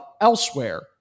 elsewhere